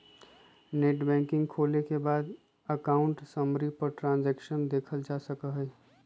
net banking खोले के बाद अकाउंट समरी पर जाकर ट्रांसैक्शन देखलजा सका हई